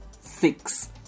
Six